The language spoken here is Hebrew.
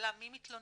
בשאלה מי מתלונן,